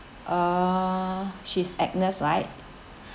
uh she's agnes right